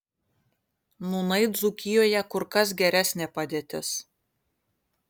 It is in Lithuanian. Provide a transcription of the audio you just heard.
nūnai dzūkijoje kur kas geresnė padėtis